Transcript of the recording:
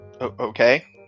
Okay